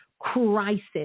crisis